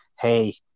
hey